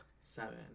Seven